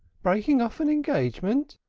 breaking off an engagement?